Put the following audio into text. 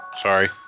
Sorry